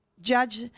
judge